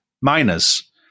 miners